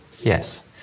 yes